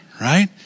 right